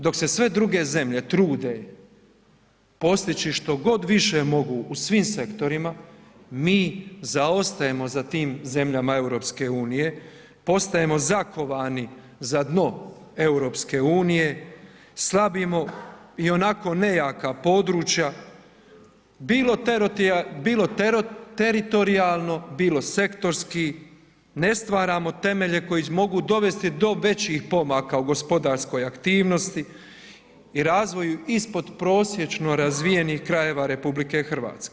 Dok se sve druge zemlje trude postići što god više mogu u svim sektorima, mi zaostajemo za tim zemljama EU, postajemo zakovani za dno EU, slabimo ionako nejaka područja, bilo teritorijalno, bilo sektorski, ne stvaramo temelje koji mogu dovesti do većih pomaka u gospodarskoj aktivnosti i razvoju ispodprosječno razvijenih krajeva RH.